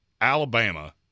Alabama